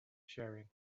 sharing